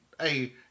Hey